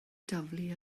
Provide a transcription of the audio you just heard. daflu